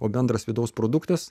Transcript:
o bendras vidaus produktas